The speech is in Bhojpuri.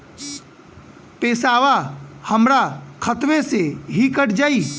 पेसावा हमरा खतवे से ही कट जाई?